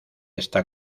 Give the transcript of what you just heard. esta